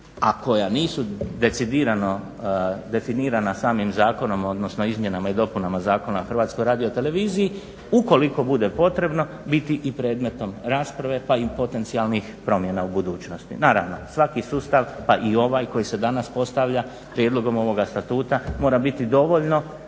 a koja nisu decidirano definirana samim zakonom, odnosno izmjenama i dopunama Zakona o Hrvatskoj radioteleviziji, ukoliko bude potrebno biti i predmetom rasprave pa i potencijalnih promjena u budućnosti. Naravno svaki sustav pa i ovaj koji se danas postavlja prijedlogom ovoga statuta mora biti dovoljno